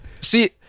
see